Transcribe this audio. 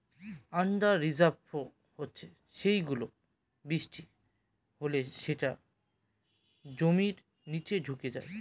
under river flow হচ্ছে সেই গুলো, বৃষ্টি হলে যেটা জমির নিচে ঢুকে যায়